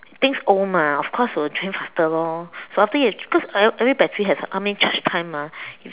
things old mah of course will change faster lor so after you cause every battery has a how many charge time mah